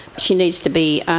she needs to be